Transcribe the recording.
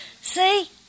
See